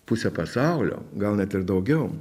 pusę pasaulio gal net ir daugiau